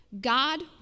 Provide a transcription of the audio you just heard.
God